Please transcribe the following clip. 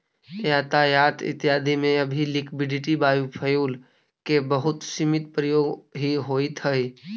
यातायात इत्यादि में अभी लिक्विड बायोफ्यूल के बहुत सीमित प्रयोग ही होइत हई